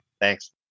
Thanks